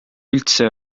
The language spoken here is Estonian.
üldse